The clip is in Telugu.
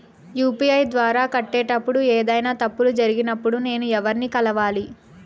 యు.పి.ఐ ద్వారా కట్టేటప్పుడు ఏదైనా తప్పులు జరిగినప్పుడు నేను ఎవర్ని కలవాలి?